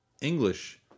English